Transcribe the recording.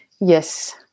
Yes